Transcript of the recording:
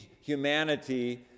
humanity